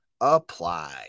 apply